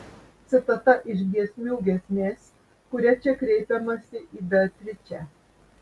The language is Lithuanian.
citata iš giesmių giesmės kuria čia kreipiamasi į beatričę